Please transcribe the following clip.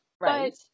Right